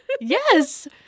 Yes